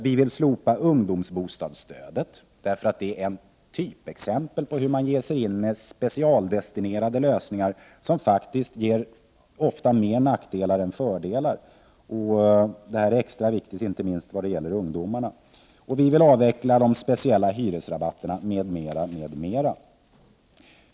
Vi vill slopa ungdomsbostadsstödet, som är ett typexempel på specialdestinerade lösningar som ofta ger fler nackdelar än fördelar, och i detta fall är det extra viktigt inte minst när det gäller ungdomarna. Vi vill också avveckla de speciella hyresrabatterna, m.m.